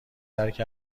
درک